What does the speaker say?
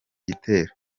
gitero